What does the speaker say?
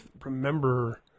remember